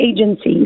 agencies